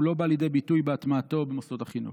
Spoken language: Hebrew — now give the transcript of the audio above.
הוא לא בא לידי ביטוי בהטמעתו במוסדות החינוך.